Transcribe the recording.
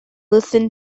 listen